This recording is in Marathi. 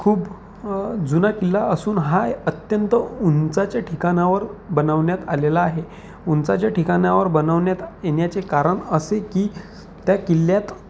खूप जुना किल्ला असून हा एक अत्यंत उंचाच्या ठिकाणावर बनवण्यात आलेला आहे उंचाच्या ठिकाणावर बनवण्यात येण्याचे कारण असे की त्या किल्ल्यात